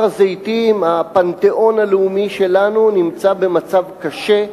הר-הזיתים, הפנתיאון הלאומי שלנו, נמצא במצב קשה.